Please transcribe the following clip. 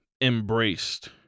embraced